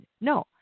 No